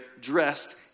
dressed